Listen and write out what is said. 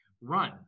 Run